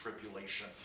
tribulation